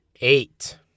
Eight